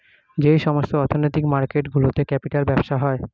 যেই সমস্ত অর্থনৈতিক মার্কেট গুলোতে ক্যাপিটাল ব্যবসা হয়